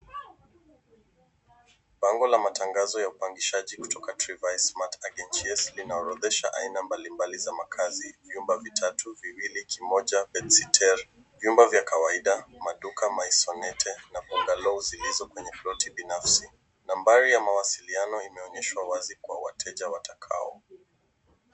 Bango la matangazo ya upangishaji kutoka Tryvay Smat Agencies inaorodhesha aina mbalimbali za makazi vyumba vitatu, viwili, kimoja bedsitter vyumba vya kawaida, maduka maisonette na bungalow zilizo kwenye ploti binafsi. Nambari ya mawasiliano imeonyeshwa wazi kwa wateja watakao.